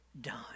done